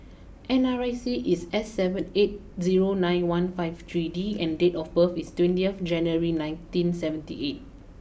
N R I C is S seven eight zero nine one five three D and date of birth is twenty January nineteen seventy eight